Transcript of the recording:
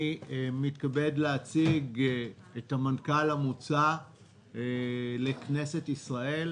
אני מתכבד להציג את המנכ"ל המוצע לכנסת ישראל,